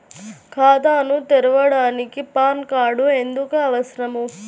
ఖాతాను తెరవడానికి PAN card ఎందుకు అవసరము?